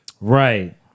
Right